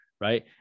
right